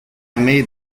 made